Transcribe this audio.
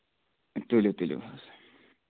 تُلِو تُلِو